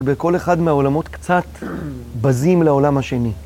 בכל אחד מהעולמות קצת בזים לעולם השני.